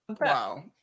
Wow